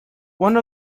one